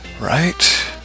Right